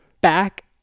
back